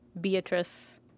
Beatrice